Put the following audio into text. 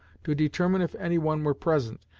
to determine if anyone were present,